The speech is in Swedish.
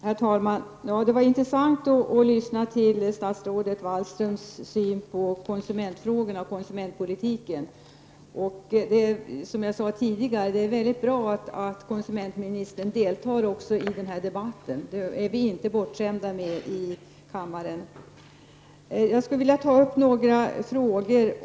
Herr talman! Det var intressant att höra statsrådet Wallström presentera sin syn på konsumentfrågorna och konsumentpolitiken. Det är, som jag sade tidigare, mycket bra att även konsumentministern deltar i den här debatten. Detta är vi inte bortskämda med i kammaren. Jag skulle vilja ta upp några frågor.